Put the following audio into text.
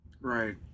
Right